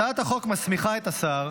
השר ברקת --- הצעת החוק מסמיכה את השר,